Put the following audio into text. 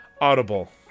audible